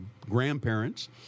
grandparents